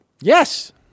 Yes